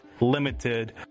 limited